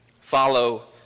Follow